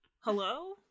hello